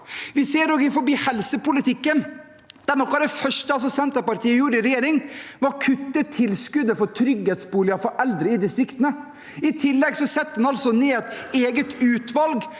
Vi ser det også innenfor helsepolitikken, der noe av det første Senterpartiet gjorde i regjering, var å kutte tilskuddet for trygghetsboliger for eldre i distriktene. I tillegg setter en altså ned et eget utvalg